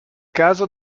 caso